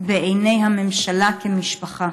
בעיני הממשלה כמשפחה.